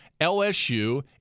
LSU